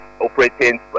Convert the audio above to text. operating